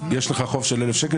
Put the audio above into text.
יש לך חוב של 1,000 שקל,